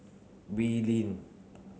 Wee Lin